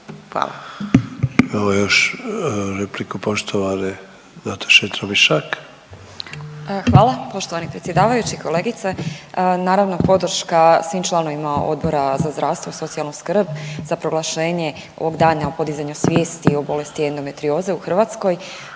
Tramišak. **Tramišak, Nataša (HDZ)** Hvala poštovani predsjedavajući. Kolegice, naravno podrška svim članovima Odbora za zdravstvo i socijalnu skrb za proglašenje ovog Dana o podizanju svijesti o bolesti endometrioze u Hrvatskoj.